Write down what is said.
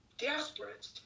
desperate